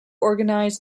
organized